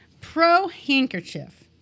Pro-handkerchief